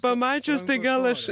pamačius tai gal aš